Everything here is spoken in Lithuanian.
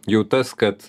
jau tas kad